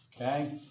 Okay